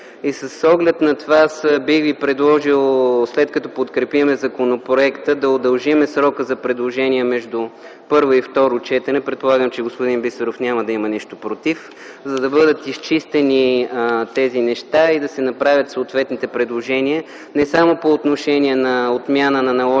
С оглед на това, аз бих ви предложил, след като подкрепим законопроекта, да удължим срока за предложения между първо и второ четене. Предполагам, че господин Бисеров няма да има нищо против, за да бъдат изчистени тези неща и да се направят съответните предложения, не само по отношение на отмяна на наложените